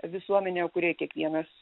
visuomenę kurioj kiekvienas